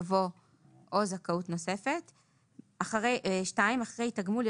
יבוא "או זכאות נוספת"; (2) אחרי "תגמול"